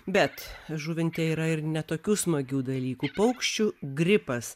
bet žuvinte yra ir ne tokių smagių dalykų paukščių gripas